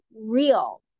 real